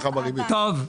טוב.